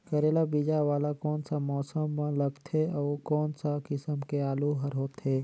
करेला बीजा वाला कोन सा मौसम म लगथे अउ कोन सा किसम के आलू हर होथे?